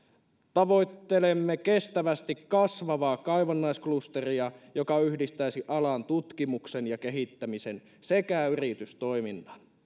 tavoittelemme kestävästi kasvavaa kaivannaisklusteria joka yhdistäisi alan tutkimuksen ja kehittämisen sekä yritystoiminnan